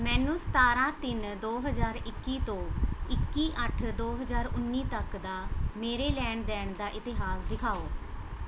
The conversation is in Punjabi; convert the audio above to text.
ਮੈਨੂੰ ਸਤਾਰਾਂ ਤਿੰਨ ਦੋ ਹਜ਼ਾਰ ਇੱਕੀ ਤੋਂ ਇੱਕੀ ਅੱਠ ਦੋ ਹਜ਼ਾਰ ਉੱਨੀ ਤੱਕ ਦਾ ਮੇਰੇ ਲੈਣ ਦੇਣ ਦਾ ਇਤਿਹਾਸ ਦਿਖਾਉ